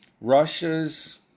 Russia's